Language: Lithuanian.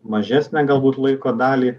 mažesnę galbūt laiko dalį